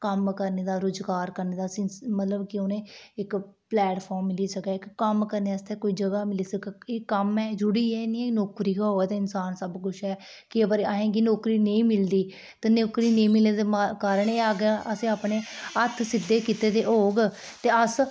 कम्म करने दा रोजगार करने दा सिंस मतलब कि उ'नें इक प्लेटफार्म मिली सकै इक कम्म करने आस्तै कोई जगह मिली सकै कि कम्म एह् जरूरी एह् नेईं कि नौकरी गै होऐ ते इंसान सब कुछ ऐ केईं बारी असेंगी नौकरी नेईं मिलदी ते नौकरी नेईं मिलने दा कारण एह् ऐ कि अगर असें अपने हत्थ सिद्धे कीते दे होग ते अस